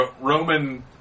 Roman